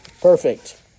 perfect